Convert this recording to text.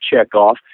Checkoff